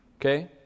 Okay